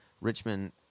Richmond